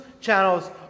channels